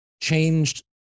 changed